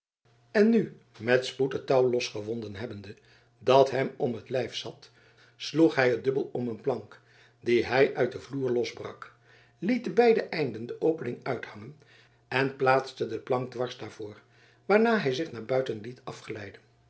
en nu met spoed het touw losgewonden hebbende dat hem om het lijf zat sloeg hij het dubbel om een plank die hij uit den vloer losbrak liet de beide einden de opening uithangen en plaatste de plank dwars daarvoor waarna hij zich naar buiten liet afglijden